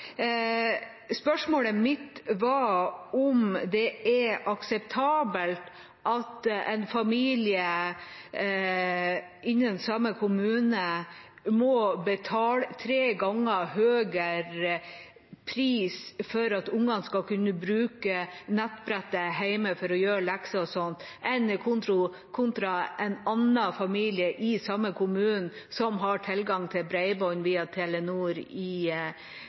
Spørsmålet mitt var om det er akseptabelt at én familie må betale en tre ganger så høy pris for at ungene skal kunne bruke nettbrettet hjemme for å gjøre lekser og slikt, som en annen familie i den samme kommunen som har tilgang til bredbånd via Telenor gjennom kabel. Nå er det ikke regjeringen som regulerer prisene som aktørene tilbyr i